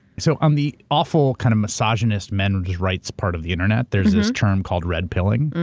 so on the awful, kind of misogynist men who just writes part of the internet, there's this term called red pill-ing.